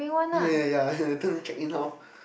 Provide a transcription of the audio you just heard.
ya ya later need check in how